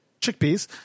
Chickpeas